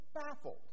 baffled